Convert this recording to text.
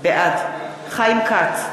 בעד חיים כץ,